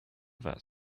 vest